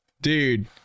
Dude